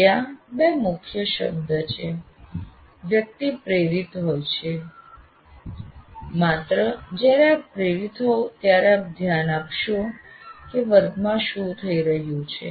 ત્યાં બે મુખ્ય શબ્દ છે વ્યક્તિ પ્રેરિત હોય છે માત્ર જ્યારે આપ પ્રેરિત હોવ ત્યારે આપ ધ્યાન આપશો કે વર્ગમાં શું થઈ રહ્યું છે